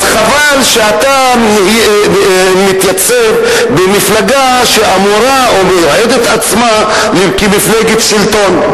אז חבל שאתה מתייצב במפלגה שאמורה או מייעדת את עצמה למפלגת שלטון.